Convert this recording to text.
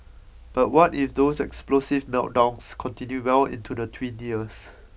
but what if those explosive meltdowns continue well into the three years